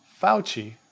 Fauci